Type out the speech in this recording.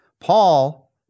Paul